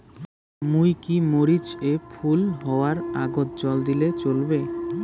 মুই কি মরিচ এর ফুল হাওয়ার আগত জল দিলে চলবে?